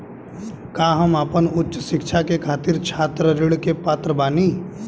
का हम आपन उच्च शिक्षा के खातिर छात्र ऋण के पात्र बानी?